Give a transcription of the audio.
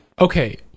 okay